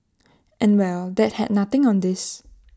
and well that had nothing on this